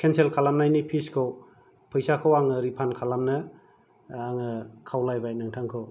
cancel खालामनायनि फिसखौ फैसाखौ आंनो रिफान्ड खालामनो आङो खावलायबाय नोंथांखौ